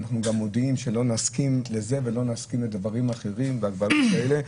אנחנו גם מודיעים שלא נסכים לזה ולא נסכים לדברים אחרים בהגבלות האלה.